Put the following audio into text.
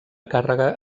càrrega